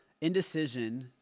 indecision